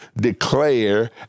declare